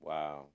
Wow